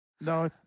No